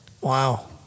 Wow